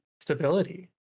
stability